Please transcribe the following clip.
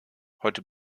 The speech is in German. heute